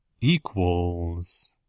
equals